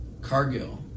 Cargill